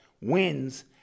wins